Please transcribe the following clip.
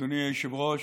אדוני היושב-ראש,